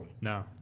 No